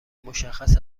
مشخص